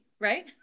right